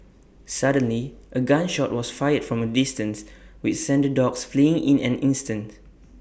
suddenly A gun shot was fired from A distance which sent the dogs fleeing in an instant